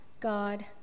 God